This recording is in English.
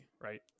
right